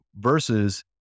versus